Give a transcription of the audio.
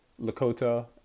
Lakota